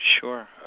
Sure